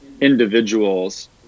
individuals